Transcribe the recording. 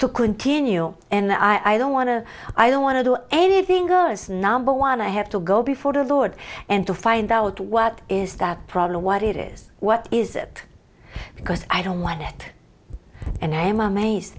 to continue and i don't want to i don't want to do anything goes number one i have to go before the lord and to find out what is that problem what it is what is it because i don't want it and i am amazed